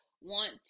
want